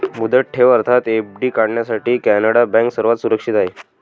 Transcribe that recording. मुदत ठेव अर्थात एफ.डी काढण्यासाठी कॅनडा बँक सर्वात सुरक्षित आहे